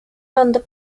under